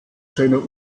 seiner